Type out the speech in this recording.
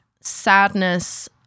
sadness